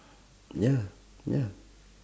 ya ya